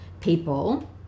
people